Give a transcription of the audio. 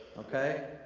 okay?